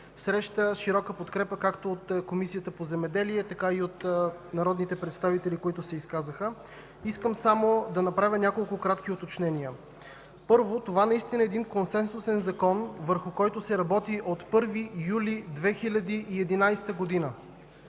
среща широка подкрепа както от Комисията по земеделието и храните, така и от народните представители, които се изказаха. Искам само да направя няколко кратки уточнения. Първо, това е консенсусен закон, върху който се работи от 1 юли 2011 г.